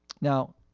Now